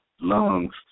lungs